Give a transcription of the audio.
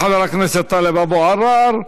תודה לחבר הכנסת טלב אבו עראר.